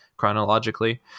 chronologically